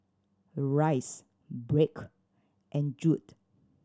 Rice Blake and Jude